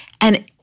and-